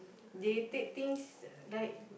they take things like